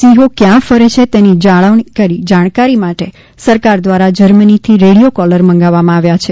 સિંહો કથાં ફરે છેતેની જાણકારી માટે સરકાર દ્વારા જર્મનીથી રેડિયો કોલર મંગાવવામાંઆવ્યા છે